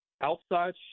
outside